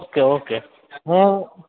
okay thank okay હું